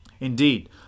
Indeed